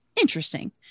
interesting